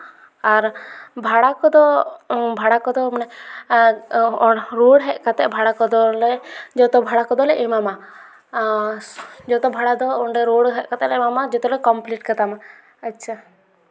ᱟᱨ ᱵᱷᱟᱲᱟ ᱠᱚᱫᱚ ᱵᱷᱟᱲᱟ ᱠᱚᱫᱚ ᱢᱟᱱᱮ ᱨᱩᱣᱟᱹᱲ ᱦᱮᱡ ᱠᱟᱛᱮ ᱵᱷᱟᱲᱟ ᱠᱚᱫᱚᱞᱮ ᱡᱚᱛᱚ ᱵᱷᱟᱲᱟ ᱠᱚᱫᱚᱞᱮ ᱮᱢᱟᱢᱟ ᱡᱚᱛᱚ ᱵᱷᱟᱲᱟ ᱫᱚ ᱚᱸᱰᱮ ᱨᱩᱣᱟᱹᱲ ᱦᱮᱡ ᱠᱟᱛᱮ ᱞᱮ ᱮᱢᱟᱢᱟ ᱡᱚᱛᱚᱞᱮ ᱠᱚᱢᱯᱞᱤᱴ ᱠᱟᱛᱟᱢᱟ ᱟᱪᱪᱷᱟ